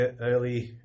early